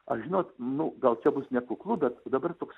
ar žinot nu gal čia bus nekuklu bet dabar toks